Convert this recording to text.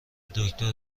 دکتر